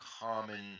common